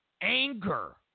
anger